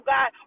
God